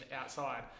outside